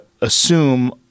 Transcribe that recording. assume –